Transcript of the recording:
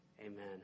Amen